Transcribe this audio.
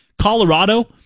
Colorado